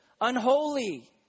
Unholy